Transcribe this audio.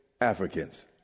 Africans